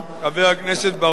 חבר הכנסת בר-און,